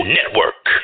Network